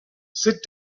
sit